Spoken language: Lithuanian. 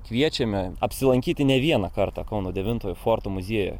kviečiame apsilankyti ne vieną kartą kauno devintojo forto muziejuje